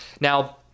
Now